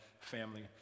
family